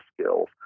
skills